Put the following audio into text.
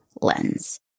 lens